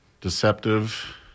deceptive